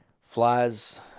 flies